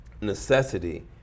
necessity